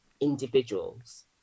individuals